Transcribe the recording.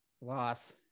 loss